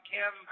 Kim